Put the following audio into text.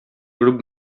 grup